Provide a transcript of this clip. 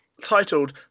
titled